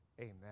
amen